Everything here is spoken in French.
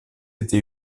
été